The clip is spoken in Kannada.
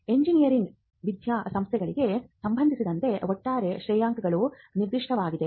ಎಂಜಿನಿಯರಿಂಗ್ ವಿದ್ಯಾ ಸಂಸ್ಥೆಗಳಿಗೆ ಸಂಬಂಧಿಸಿದಂತೆ ಒಟ್ಟಾರೆ ಶ್ರೇಯಾಂಕವು ನಿರ್ದಿಷ್ಟವಾಗಿದೆ